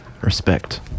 Respect